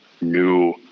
new